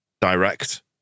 direct